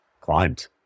climbed